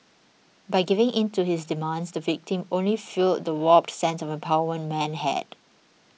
by giving in to his demands the victim only fuelled the warped sense of empowerment had